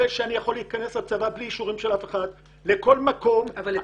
שאני יכול להיכנס לכל מקום בלי אישורים של אף אחד,